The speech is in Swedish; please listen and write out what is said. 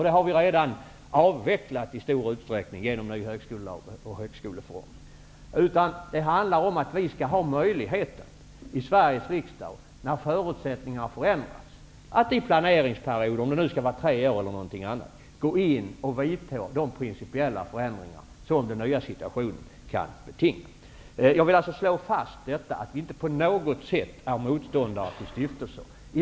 Det har vi redan avvecklat i stor utsträckning genom ny högskolelag och genom högskolereformen. Det handlar om att vi skall ha möjligheter i Sveriges riksdag för att, när förutsättningarna förändras, inom planeringperioden gå in och vidta de principiella förändringar som den nya situationen kan betinga. Jag vill alltså slå fast att vi inte på något sätt är motståndare till stiftelser.